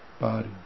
body